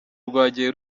rwagiye